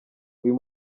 uyu